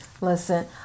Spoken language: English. Listen